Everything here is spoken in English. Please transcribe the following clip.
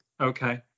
Okay